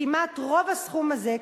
וכמעט רוב הסכום הזה,